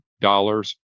dollars